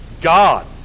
God